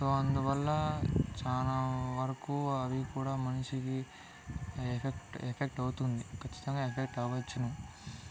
so అందువల్ల చానా వరకు అవి కూడా మనిషికి ఎఫెక్ట్ ఎఫెక్ట్ అవుతుంది ఖచ్చితంగా ఎఫెక్ట్ అవచ్చును